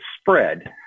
spread